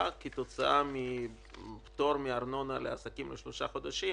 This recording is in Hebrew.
כתוצאה מפטור מארנונה לעסקים לשלושה חודשים,